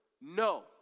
No